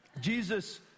Jesus